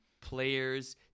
players